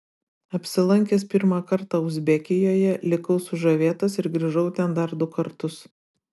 apsilankęs pirmą kartą uzbekijoje likau sužavėtas ir grįžau ten dar du kartus